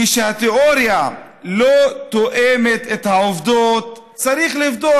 כשהתיאוריה לא תואמת את העובדות צריך לבדוק